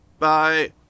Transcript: Bye